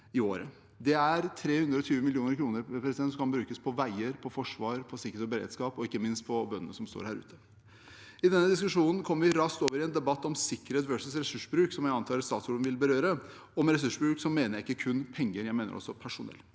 Det er 320 mill. kr som kan brukes på veier, forsvar, sikkerhet og beredskap og ikke minst på bøndene som står her utenfor. I denne diskusjonen kommer vi raskt over i en debatt om sikkerhet versus ressursbruk, som jeg antar statsråden vil berøre. Med ressursbruk mener jeg ikke kun penger, jeg mener også personell.